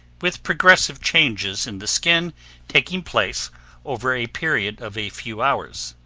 with progressive changes in the skin taking place over a period of a few hours.